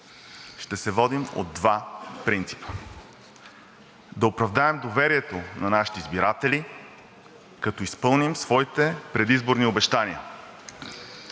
ще се водим от два принципа – да оправдаем доверието на нашите избиратели, като изпълним своите предизборни обещания